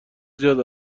زیاد